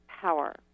power